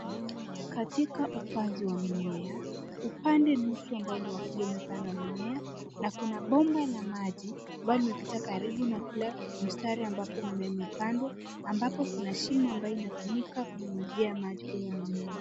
Katika upanzi wa mimea, upande nusu ambao ni wa kulia umepandwa mimea na kuna bomba la maji amblao limepita karibu na kila mstari ambapo mmea umepandwa, ambapo kuna shimo ambayo inatumika kunyunyuzia maji kwenye mimea.